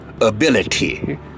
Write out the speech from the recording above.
ability